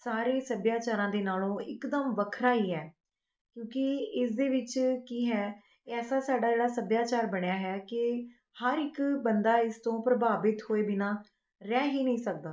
ਸਾਰੇ ਸੱਭਿਆਚਾਰਾਂ ਦੇ ਨਾਲੋਂ ਇਕਦਮ ਵੱਖਰਾ ਹੀ ਹੈ ਕਿਉਂਕਿ ਇਸ ਦੇ ਵਿੱਚ ਕੀ ਹੈ ਐਸਾ ਸਾਡਾ ਜਿਹੜਾ ਸੱਭਿਆਚਾਰ ਬਣਿਆ ਹੈ ਕਿ ਹਰ ਇੱਕ ਬੰਦਾ ਇਸ ਤੋਂ ਪ੍ਰਭਾਵਿਤ ਹੋਏ ਬਿਨਾਂ ਰਹਿ ਹੀ ਨਹੀਂ ਸਕਦਾ